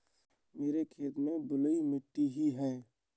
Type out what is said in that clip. मेरे खेत में बलुई मिट्टी ही है